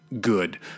good